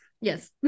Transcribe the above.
yes